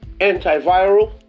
antiviral